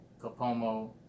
capomo